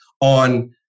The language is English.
on